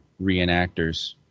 reenactors